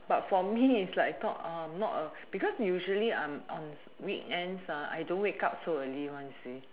but for me is like talk not a because usually I'm on weekends I don't wake so early one you see